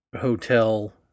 hotel